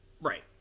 right